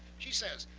she says,